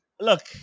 look